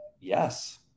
Yes